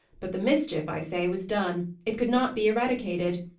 but the mischief, i say, was done. it could not be eradicated.